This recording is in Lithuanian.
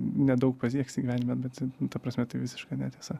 nedaug pasieksi gyvenime bet ta prasme tai visiška netiesa